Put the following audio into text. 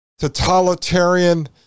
totalitarian